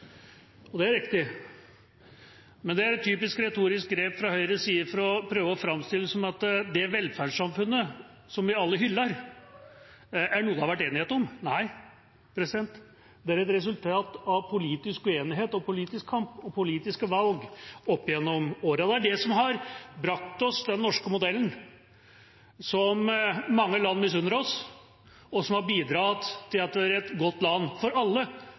av.» Det er riktig. Men det er et typisk retorisk grep fra Høyres side for å prøve å framstille det som at det velferdssamfunnet som vi alle hyller, er noe det har vært enighet om. Nei, det er et resultat av politisk uenighet, politisk kamp og politiske valg opp gjennom årene. Det er det som har brakt oss den norske modellen, som mange land misunner oss, og som har bidratt til at dette er et godt land for alle